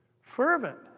fervent